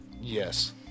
Yes